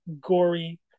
gory